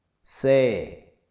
Say